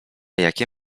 jakie